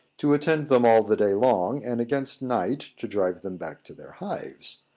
to attend them all the day long, and against night to drive them back to their hives.